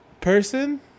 Person